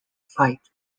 fight